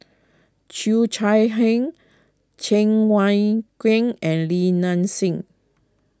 Cheo Chai Hiang Cheng Wai Keung and Li Nanxing